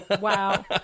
Wow